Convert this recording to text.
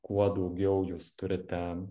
kuo daugiau jūs turite